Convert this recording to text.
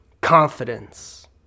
confidence